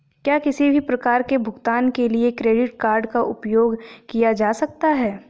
क्या किसी भी प्रकार के भुगतान के लिए क्रेडिट कार्ड का उपयोग किया जा सकता है?